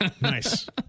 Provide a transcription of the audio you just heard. Nice